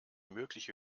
mögliche